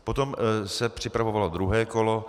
Potom se připravovalo druhé kolo.